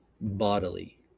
bodily